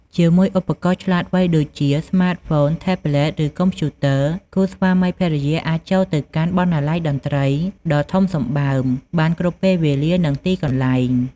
ជាមួយឧបករណ៍ឆ្លាតវៃដូចជាស្មាតហ្វូន ថេបប្លេត ឬកុំព្យូទ័រ គូស្វាមីភរិយាអាចចូលទៅកាន់បណ្ណាល័យតន្ត្រីដ៏ធំសម្បើមបានគ្រប់ពេលវេលា និងទីកន្លែង។